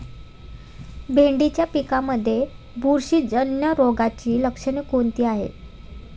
भेंडीच्या पिकांमध्ये बुरशीजन्य रोगाची लक्षणे कोणती आहेत?